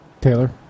Taylor